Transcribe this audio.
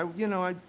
um you know,